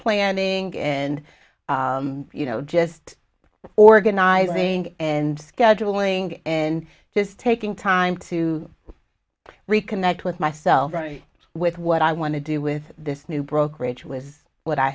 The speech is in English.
planning and you know just organizing and scheduling and just taking time to i reconnect with myself with what i want to do with this new brokerage was what i